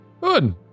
good